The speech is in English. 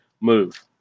move